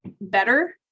better